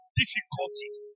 difficulties